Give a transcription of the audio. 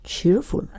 Cheerful